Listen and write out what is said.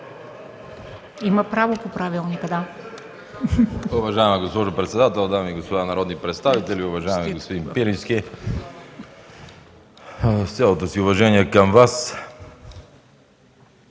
има право по правилника.